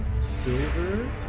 Silver